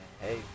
hey